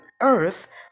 earth